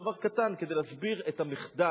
בדבר קטן כדי להסביר את המחדל.